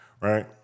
right